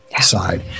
side